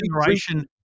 generation